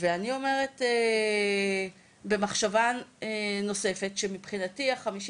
ואני אומרת במחשבה נוספת שמבחינתי ה-50